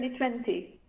2020